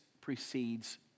precedes